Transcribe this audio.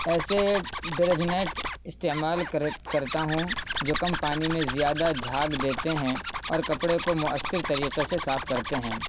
ایسے ڈیٹرجنٹ استعمال کر کرتا ہوں جو کم پانی میں زیادہ جھاگ دیتے ہیں اور کپڑے کو مؤثر طریقے سے صاف کرتے ہیں